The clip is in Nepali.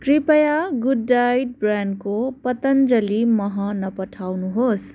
कृपया गुड डाइट ब्रान्डको पतंजली मह नपठाउनुहोस्